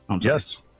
Yes